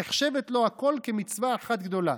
נחשבת לו הכול כמצווה אחת גדולה,